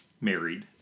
married